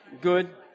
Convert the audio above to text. good